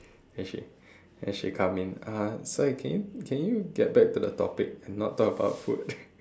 then she then she'll come in uh sir can you can you get back to the topic and not talk about food